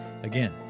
Again